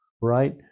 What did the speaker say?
right